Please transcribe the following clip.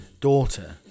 daughter